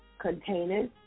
containers